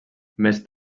més